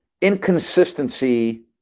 inconsistency